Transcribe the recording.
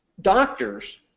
doctors